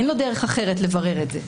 אין לו דרך אחרת לברר את זה: